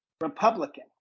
Republican